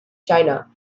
china